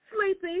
Sleepy